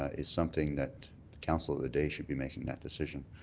is something that council of the day should be making that decision,